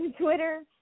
Twitter